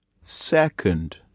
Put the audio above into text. second